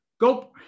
go